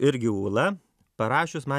irgi ūla parašius man